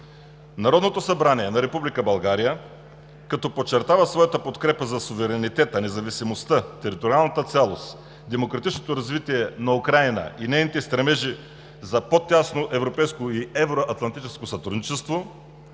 Народното събрание на Република България, - като подчертава своята подкрепа за суверенитета, независимостта, териториалната цялост, демократичното развитие на Украйна и нейните стремежи към по-тясно европейско и евроатлантическо сътрудничество;